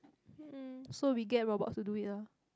um so we get robots to do it lah